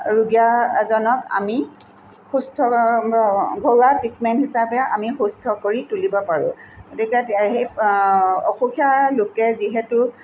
ৰুগীয়া এজনক আমি সুস্থ ঘৰুৱা ট্ৰিটমেণ্ট হিচাপে আমি সুস্থ কৰি তুলিব পাৰোঁ গতিকে সেই অসুখীয়া লোকে যিহেতু